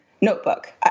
notebook